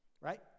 right